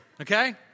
Okay